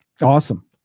Awesome